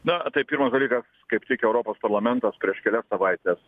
na tai pirmas dalykas kaip tik europos parlamentas prieš kelias savaites